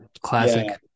Classic